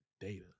data